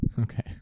okay